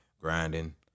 grinding